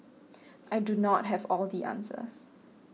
I do not have all the answers